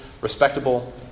respectable